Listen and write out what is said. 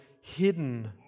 hidden